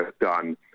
done